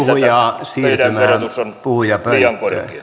siitä että verotus on liian